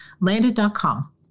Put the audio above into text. Landed.com